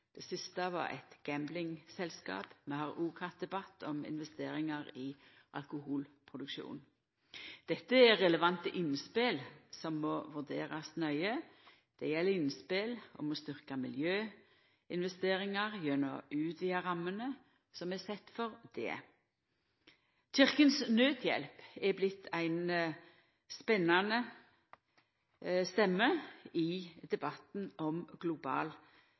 Det siste gjaldt eit gamblingselskap. Vi har òg hatt debatt om investeringar i alkoholproduksjonen. Dette er relevante innspel som må vurderast nøye. Det gjeld innspel om å styrkja miljøinvesteringar gjennom å utvida rammene som vi set for det. Kirkens Nødhjelp har vorte ei spanande stemme i debatten om global